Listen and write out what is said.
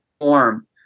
form